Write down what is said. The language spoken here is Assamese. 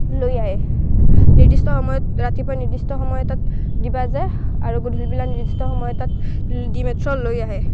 লৈ আহে নিৰ্দিষ্ট সময়ত ৰাতিপুৱা নিৰ্দিষ্ট সময় এটাত দিব যায় আৰু গধুলি বেলা নিৰ্দিষ্ট সময় এটাত দি মাত্ৰ লৈ আহে